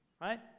right